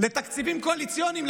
לתקציבים קואליציוניים,